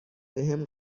بهم